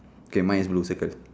K mine is blue circle